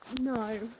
No